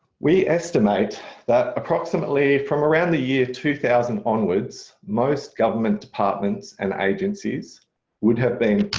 we estimate that approximately from around the year two thousand onwards most government departments and agencies would have been